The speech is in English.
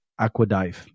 AquaDive